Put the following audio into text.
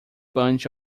bunch